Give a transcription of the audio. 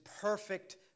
perfect